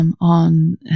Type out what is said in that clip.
On